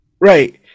Right